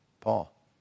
Paul